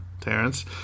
Terrence